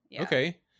Okay